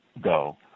go